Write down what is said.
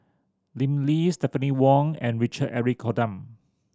Lim Lee Stephanie Wong and Richard Eric Holttum